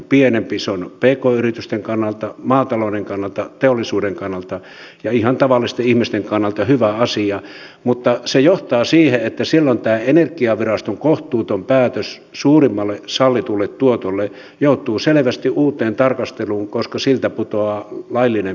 se on pk yritysten kannalta maatalouden kannalta teollisuuden kannalta ja ihan tavallisten ihmisten kannalta hyvä asia mutta se johtaa siihen että silloin tämä energiaviraston kohtuuton päätös suurimmalle sallitulle tuotolle joutuu selvästi uuteen tarkasteluun koska siltä putoaa laillinen pohja pois